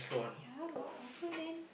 ya got offer then